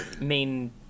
main